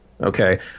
Okay